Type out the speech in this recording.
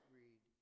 read